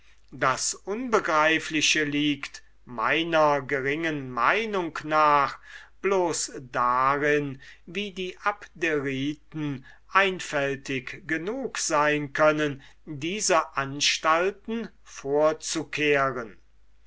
das unbegreifliche liegt meiner geringen meinung nach bloß darin wie die abderiten einfältig genug sein können diese anstalten vorzukehren